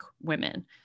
women